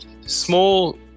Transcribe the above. small